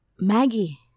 maggie